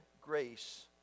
grace